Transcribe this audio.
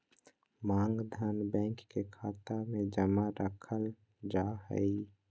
मांग धन, बैंक के खाता मे जमा रखल जा हय